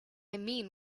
mean